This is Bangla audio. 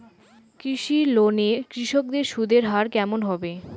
কৃষি লোন এ কৃষকদের সুদের হার কেমন হবে?